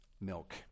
milk